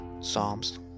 psalms